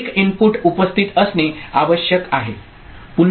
1 input उपस्थित असणे आवश्यक आहे